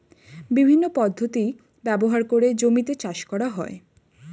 বিভিন্ন পদ্ধতি ব্যবহার করে জমিতে চাষ করা হয়